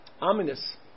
ominous